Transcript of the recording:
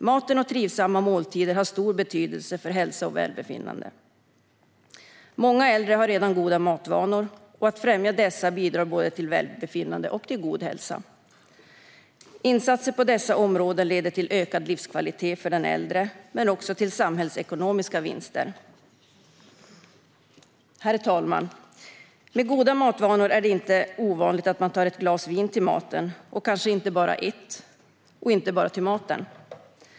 Maten och trivsamma måltider har stor betydelse för hälsa och välbefinnande. Många äldre har redan goda matvanor, och att främja dessa bidrar både till välbefinnande och till god hälsa. Insatser på dessa områden leder till ökad livskvalitet för den äldre men också till samhällsekonomiska vinster. Herr talman! Med goda matvanor är det inte ovanligt att man tar ett glas vin till maten - och kanske inte bara ett glas, och inte bara till maten.